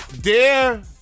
Dear